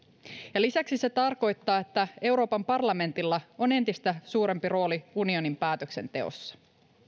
ja lisäksi se tarkoittaa että euroopan parlamentilla on entistä suurempi rooli unionin päätöksenteossa